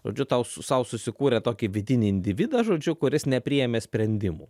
žodžiu tau sau susikūrė tokį vidinį individą žodžiu kuris nepriėmė sprendimų